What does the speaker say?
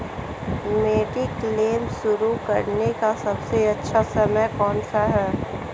Mediclaim शुरू करने का सबसे अच्छा समय कौनसा है?